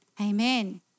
Amen